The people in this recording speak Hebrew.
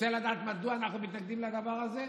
רוצה לדעת מדוע אנחנו מתנגדים לדבר הזה?